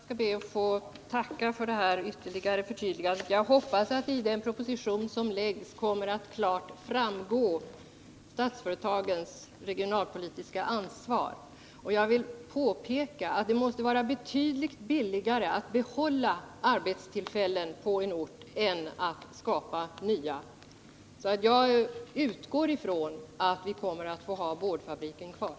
Fru talman! Jag skall be att få tacka för detta ytterligare förtydligande. Jag hoppas att det av den proposition som framläggs klarare kommer att framgå vilket regionalpolitiskt ansvar företagen i Statsföretagsgruppen har. Jag vill påpeka att det måste vara betydligt billigare att behålla arbetstillfällen på en ort än att skapa nya. Jag utgår från att vi kommer att få ha boardfabriken kvar.